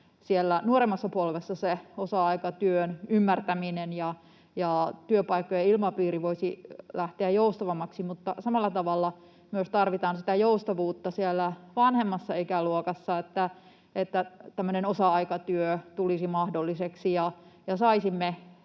siellä nuoremmassa polvessa osa-aikatyön ymmärtäminen ja työpaikkojen ilmapiiri voisivat lähteä joustavammaksi, niin samalla tavalla myös tarvitaan sitä joustavuutta siellä vanhemmassa ikäluokassa, että tämmöinen osa-aikatyö tulisi mahdolliseksi